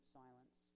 silence